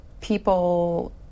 people